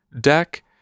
deck